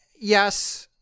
Yes